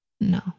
No